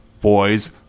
boys